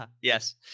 Yes